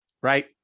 right